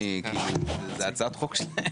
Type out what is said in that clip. זאת הצעת חוק שלהם.